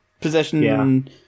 Possession